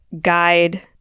guide